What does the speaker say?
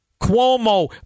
Cuomo